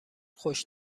خوش